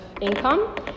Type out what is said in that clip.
income